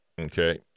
Okay